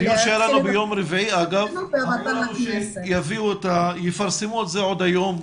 בדיון שהיה ביום רביעי בשבוע שעבר נאמר שיפרסמו את זה עוד היום,